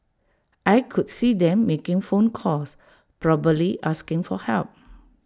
I could see them making phone calls probably asking for help